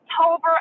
October